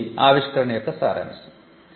ఇప్పుడు ఆవిష్కరణ యొక్క సారాంశం